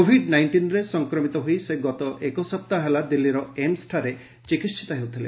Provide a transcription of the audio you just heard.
Covid ନାଇଷ୍ଟିନ୍ରେ ସଂକ୍ରମିତ ହୋଇ ସେ ଗତ ଏକସପ୍ଟାହ ହେଲା ଦିଲ୍ଲୀର ଏମ୍ସଠାରେ ଚିକିିିତ ହେଉଥଲେ